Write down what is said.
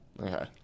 Okay